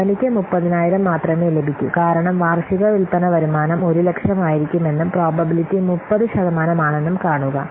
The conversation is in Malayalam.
കമ്പനിക്ക് 30000 മാത്രമേ ലഭിക്കൂ കാരണം വാർഷിക വിൽപ്പന വരുമാനം 100000 ആയിരിക്കുമെന്നും പ്രോബബിലിറ്റി 30 ശതമാനമാണെന്നും കാണുക